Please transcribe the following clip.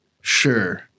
sure